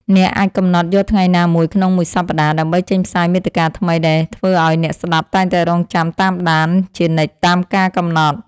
អ្នកអាចកំណត់យកថ្ងៃណាមួយក្នុងមួយសប្តាហ៍ដើម្បីចេញផ្សាយមាតិកាថ្មីដែលធ្វើឱ្យអ្នកស្តាប់តែងតែរង់ចាំតាមដានជានិច្ចតាមការកំណត់។